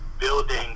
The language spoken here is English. building